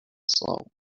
slow